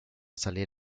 salir